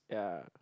ya